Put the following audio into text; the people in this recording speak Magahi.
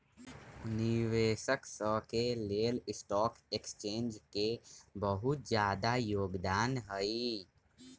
निवेशक स के लेल स्टॉक एक्सचेन्ज के बहुत जादा योगदान हई